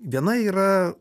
viena yra